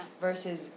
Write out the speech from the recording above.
versus